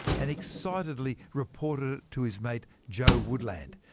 and excitedly reported it to his mate, joe woodland.